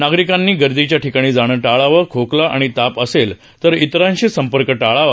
नागरिकांनी गर्दीच्या ठिकाणी जाणं टाळावं खोकला आणि ताप असेल तर इतरांशी संपर्क टाळावा